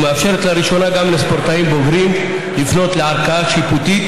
ומאפשרת לראשונה גם לספורטאים בוגרים לפנות לערכאה שיפוטית